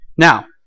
Now